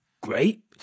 great